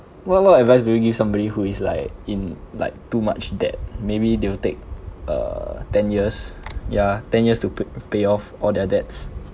what what advice do you give somebody who is like in like too much debt maybe they will take uh ten years yeah ten years to pay pay off all their debts